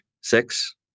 six